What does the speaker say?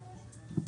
ונגמר.